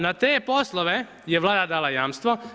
Na te je poslove je Vlada dala jamstvo.